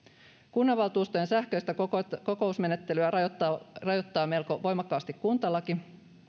kunnanvaltuustojen sähköistä kokousmenettelyä rajoittaa melko voimakkaasti kuntalaki